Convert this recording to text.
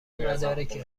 مدارکی